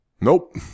Nope